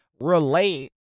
relate